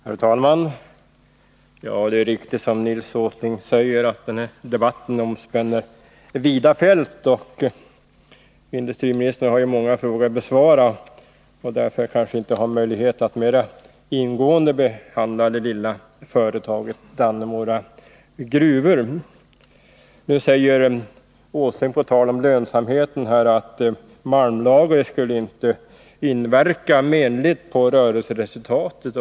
Herr talman! Det är riktigt som Nils Åsling säger, att den här debatten omspänner vida fält. Industriministern har ju många frågor att besvara och har därför kanske inte möjlighet att mera ingående behandla det lilla företaget Dannemora gruvor. Nu säger Nils Åsling på tal om lönsamheten, att malmlagret inte skulle inverka menligt på rörelseresultatet.